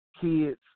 kids